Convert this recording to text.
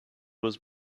was